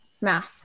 Math